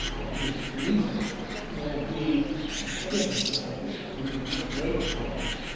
whose solution will be big science. it will be great science.